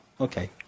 Okay